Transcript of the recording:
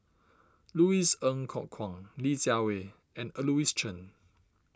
Louis Ng Kok Kwang Li Jiawei and Louis Chen